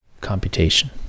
computation